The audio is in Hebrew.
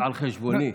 על חשבוני.